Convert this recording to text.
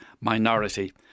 minority